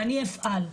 אני אפעל,